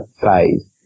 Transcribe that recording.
phase